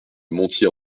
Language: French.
montier